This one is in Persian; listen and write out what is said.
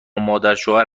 مادرشوهر